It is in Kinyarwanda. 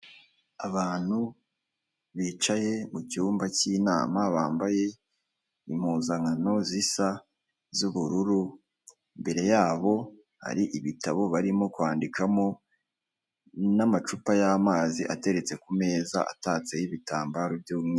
Abantu bicaye mu cyumba cy'inama bambaye impuzankano zisa z'ubururu, imbere yabo hari ibitabo barimo kwandikamo n'amacupa y'amazi ateretse ku meza atatseho y'ibitambaro by'umweru.